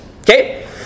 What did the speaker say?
Okay